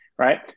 Right